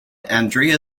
andrea